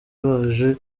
baje